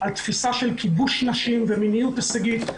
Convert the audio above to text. על תפיסה של כיבוש נשים ומיניות הישגית,